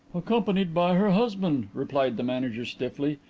accompanied by her husband, replied the manager stiffly.